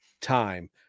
time